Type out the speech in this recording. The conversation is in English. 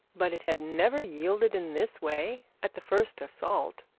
but it had never yielded in this way at the first assault.